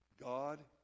God